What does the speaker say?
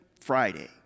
Friday